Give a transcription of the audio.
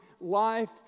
life